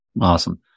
Awesome